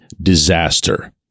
disaster